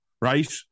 right